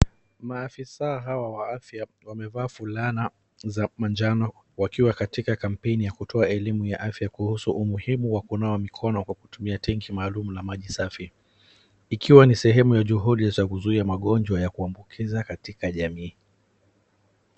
Maafisa hawa wa afya wamevaa fulana za manjano wakiwa katika kampeni za kutoa elimu ya afya kuhusu umuhimu wa kunawa mikono kwa kutumia tenki maalumu la maji safi. Ikiwa ni sehemu ya juhudi ya kuzuia magonjwa ya kuambukiza katika jamii.